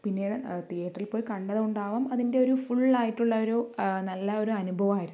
പിന്നീട് തിയേറ്ററിൽ പോയി കണ്ടതു കൊണ്ടാവാം അതിൻ്റെ ഒരു ഫുള്ളായിട്ടുള്ള ഒരു നല്ല ഒരു അനുഭവം ആയിരുന്നു